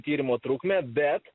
tyrimo trukmę bet